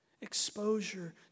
Exposure